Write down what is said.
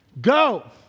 go